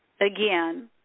Again